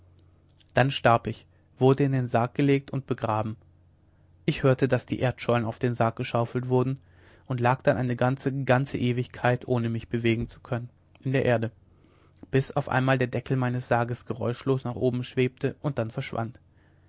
dann starb ich wurde in den sarg gelegt und begraben ich hörte daß die erdschollen auf den sarg geschaufelt wurden und lag dann eine ganze ganze ewigkeit ohne mich bewegen zu können in der erde bis auf einmal der deckel meines sarges geräuschlos nach oben schwebte und dann verschwand